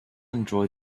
enjoy